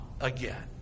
again